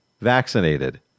vaccinated